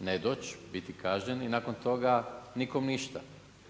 ne doći biti kažnjen i nakon toga nikom ništa.